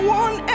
one